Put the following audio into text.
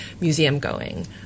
museum-going